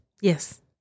Yes